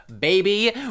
baby